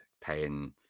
paying